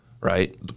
right